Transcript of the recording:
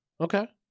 Okay